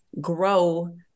grow